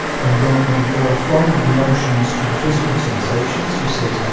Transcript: and then we go from the emotions to the physical sensations. he says,